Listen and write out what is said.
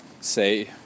Say